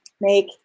Make